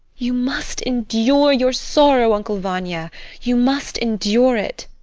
you must endure your sorrow, uncle vanya you must endure it.